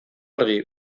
argi